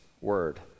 word